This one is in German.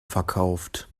verkauft